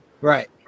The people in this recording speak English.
Right